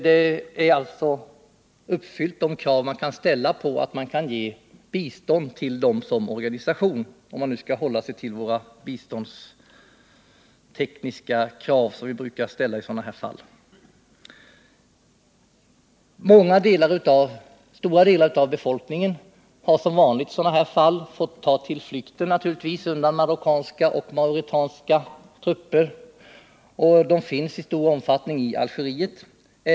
De krav som kan ställas för bistånd till dessa rörelser som organisationer är alltså uppfyllda, om man nu skall hålla sig till de biståndstekniska krav vi brukar uppställa i sådana här Nr 135 sammanhang. Onsdagen den Stora delar av befolkningen har som vanligt i dessa fall fått ta till flykten 2 maj 1979 naturligtvis, undan marockanska och mauretanska trupper. De finns i stor omfattning i Algeriet.